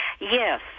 Yes